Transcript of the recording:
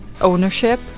ownership